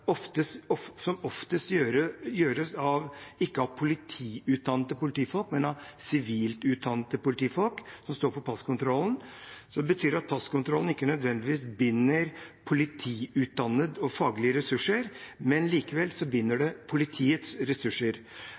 ikke er politiutdannede politifolk, men sivilt utdannede politifolk som står for passkontrollen. Det betyr at passkontrollen ikke nødvendigvis binder opp politiutdannede og faglige ressurser, men likevel binder det opp politiets ressurser.